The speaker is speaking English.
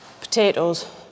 potatoes